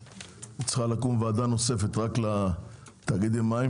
שצריכה לקום ועדה נוספת רק לתאגידי מים,